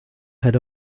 had